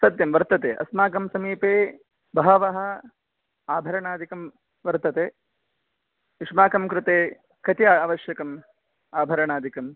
सत्यं वर्तते अस्माकं समीपे बहवः आभरणादिकं वर्तते युष्माकं कृते कति आवश्यकम् आभरणादिकम्